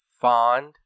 fond